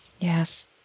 Yes